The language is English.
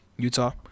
Utah